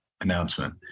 announcement